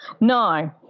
No